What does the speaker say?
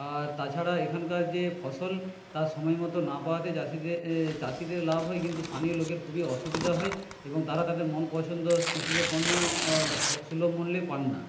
আর তাছাড়া এখানকার যে ফসল তা সময় মতো না পাওয়াতে চাষিদের লাভ হয় কিন্তু স্থানীয় লোকের খুবই অসুবিধা হয় এবং তারা তাদের মন পছন্দ কৃষিজপণ্য সুলভ মূল্যে পান না